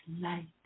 light